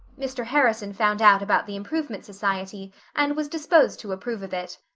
mr. harrison found out about the improvement society and was disposed to approve of it.